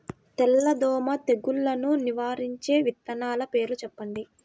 తెల్లదోమ తెగులును నివారించే విత్తనాల పేర్లు చెప్పండి?